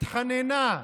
התחננה,